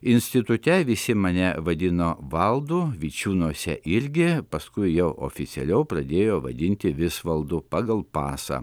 institute visi mane vadino valdu vičiūnuose irgi paskui jau oficialiau pradėjo vadinti visvaldu pagal pasą